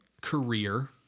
career